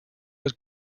was